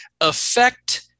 affect